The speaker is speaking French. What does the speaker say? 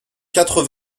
quatre